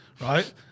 right